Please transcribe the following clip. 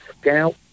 Scout